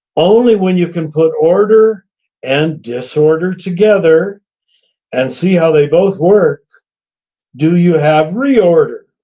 only when you can put order and disorder together and see how they both work do you have reorder.